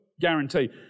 Guarantee